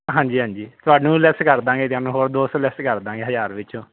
ਹਾਂਜੀ ਹਾਂਜੀ ਤੁਹਾਨੂੰ ਲੈਸ ਕਰ ਦਾਂਗੇ ਹੌਰ ਦੋ ਸੌ ਲੈਸ ਕਰ ਦਾਂਗੇ ਹਜ਼ਾਰ ਵਿੱਚੋਂ